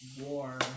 war